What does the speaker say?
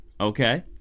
Okay